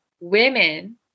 women